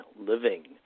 living